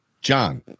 John